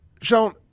Sean